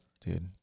dude